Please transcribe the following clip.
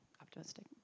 optimistic